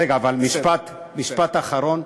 רגע, אבל משפט אחרון.